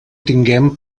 tinguem